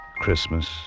Christmas